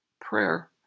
Prayer